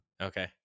Okay